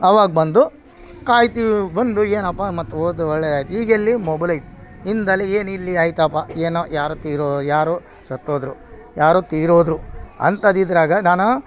ಅವಾಗ ಬಂದು ಕಾಯ್ತೀವಿ ಬಂದು ಏನಪ್ಪಾ ಮತ್ತು ಹೋದ ಒಳ್ಳೆ ಆಯ್ತ್ ಈಗೆಲ್ಲಿ ಮೊಬೈಲ್ ಐತಿ ಹಿಂದಲ ಏನಿಲ್ಲಿ ಐತಪ್ಪ ಏನೋ ಯಾರೋ ತೀರೋ ಯಾರೋ ಸತ್ತೋದರು ಯಾರೋ ತೀರೋದರು ಅಂಥದು ಇದ್ರಾಗೆ ನಾನು